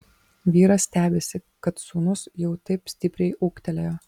vyras stebisi kad sūnus jau taip stipriai ūgtelėjo